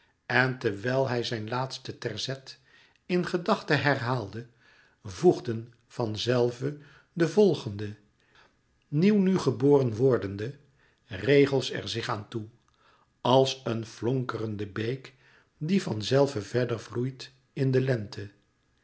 en terwijl hij zijn laatste terzet in gedachte herhaalde voegden van zelve de volgende nieuw nu geboren wordende regels er zich aan toe als een flonkerende beek die van zelve verder vloeit in de lente